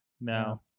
No